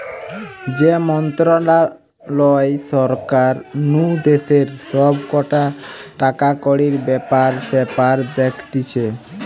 যে মন্ত্রণালয় সরকার নু দেশের সব কটা টাকাকড়ির ব্যাপার স্যাপার দেখতিছে